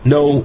no